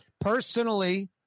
Personally